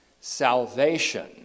salvation